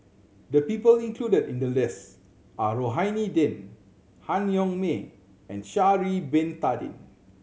the people included in the list are Rohani Din Han Yong May and Sha'ari Bin Tadin